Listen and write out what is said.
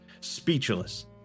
speechless